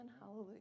hallelujah